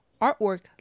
artwork